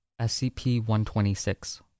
SCP-126